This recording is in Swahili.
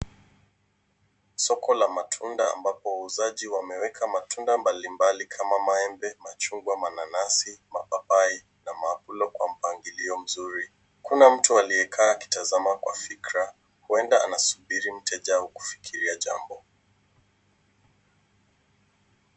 Soko la matunda ambapo wauzaji wameweka matunda mbalimbali kama maembe, machungwa, mananasi, mapapai na maplo kwa mpangilio mzuri. Kuna mtu aliyekaa akitazama kwa fikira, huenda anasubiri mteja au kufikiria jambo.